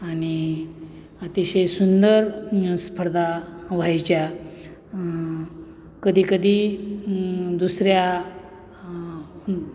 आणि अतिशय सुंदर स्पर्धा व्हायच्या कधी कधी दुसऱ्या